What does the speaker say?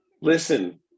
Listen